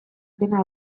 dena